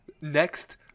Next